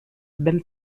ben